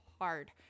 hard